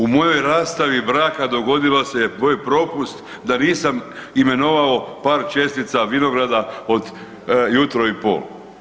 U mojoj rastavi braka dogodilo se moj propust da nisam imenovao par čestica vinograda od jutro i pol.